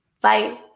Bye